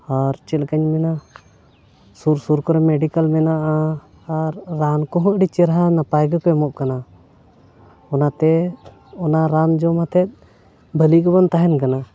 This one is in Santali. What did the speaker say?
ᱟᱨ ᱪᱮᱫ ᱞᱮᱠᱟᱧ ᱢᱮᱱᱟ ᱥᱩᱨ ᱥᱩᱨ ᱠᱚᱨᱮ ᱢᱮᱰᱤᱠᱮᱞ ᱢᱮᱱᱟᱜᱼᱟ ᱟᱨ ᱨᱟᱱ ᱠᱚᱦᱚᱸ ᱟᱹᱰᱤ ᱪᱮᱨᱦᱟ ᱱᱟᱯᱟᱭ ᱜᱮᱠᱚ ᱮᱢᱚᱜ ᱠᱟᱱᱟ ᱚᱱᱟᱛᱮ ᱚᱱᱟ ᱨᱟᱱ ᱡᱚᱢ ᱠᱟᱛᱮᱫ ᱵᱷᱟᱜᱮ ᱜᱮᱵᱚᱱ ᱛᱟᱦᱮᱱ ᱠᱟᱱᱟ